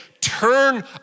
turn